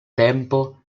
tempo